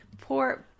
poor